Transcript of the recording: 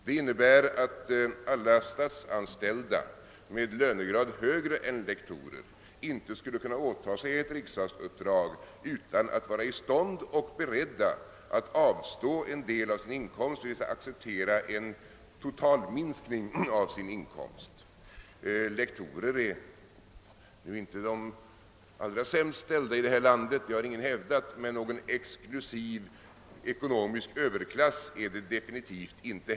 Det innebär att alla statsanställda med högre lönegrad än lektorer inte skulle kunna åta sig ett riksdagsuppdrag utan att vara i stånd och vara beredda att avstå från en del av sin inkomst, d.v.s. acceptera en totalminskning av inkoms ten. Lektorerna är inte de allra sämst ställda i detta land, det har ingen hävdat, men någon exklusiv ekonomisk överklass utgör de definitivt inte.